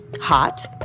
hot